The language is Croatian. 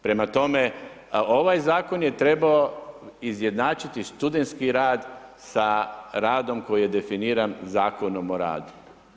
Prema tome ovaj zakon je trebao izjednačiti studentski rad sa radom koji je definiran Zakonom o radu.